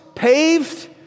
Paved